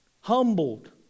humbled